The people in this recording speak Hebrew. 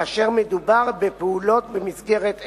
כאשר מדובר בפעולות במסגרת עסק.